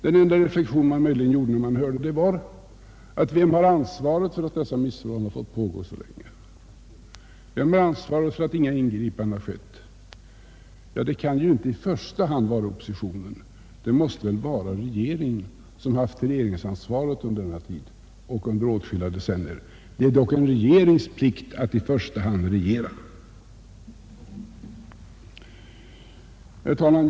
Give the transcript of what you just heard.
Den enda reflexion man möjligen kunde göra, när man lyssnade på anförandet, var: Vem har ansvaret för att dessa missförhållanden fått pågå så länge? Vem har ansvaret för att inga ingripanden gjorts? Ja, det kan ju inte i första hand vara oppositionen. Det måste väl vara regeringen som haft ansvaret under denna tid, dvs. under åtskilliga decennier. Det är ju ändå en regerings plikt att i första hand regera. Herr talman!